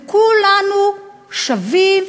וכולנו שווים,